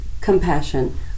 compassion